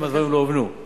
אם הדברים לא הובנו.